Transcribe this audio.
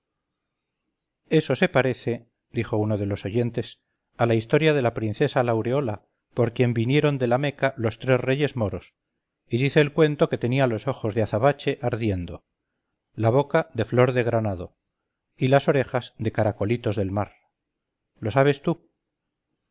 eso se parece dijo uno de los oyentes a la historia de la princesa laureola por quien vinieron de la meca los tres reyes moros y dice el cuento que tenía los ojos de azabache ardiendo la boca de flor de granado y las orejas de caracolitos del mar lo sabes tú